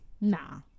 nah